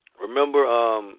Remember